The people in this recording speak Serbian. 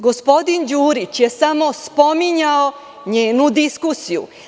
Gospodin Đurić je samo spominjao njenu diskusiju.